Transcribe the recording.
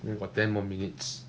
we got ten more minutes